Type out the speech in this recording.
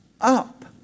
up